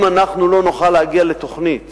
אם אנחנו לא נוכל להגיע לתוכנית